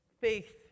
faith